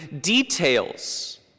details